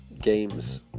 games